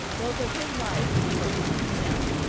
both of his life and of his kingdom,